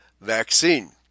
vaccine